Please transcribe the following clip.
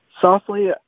Softly